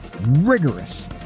rigorous